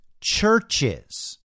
churches